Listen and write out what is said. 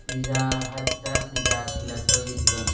pizza ꯍꯠꯇ pizza ꯊꯤꯜꯂꯛꯄꯒꯤ ꯐꯤꯕꯝ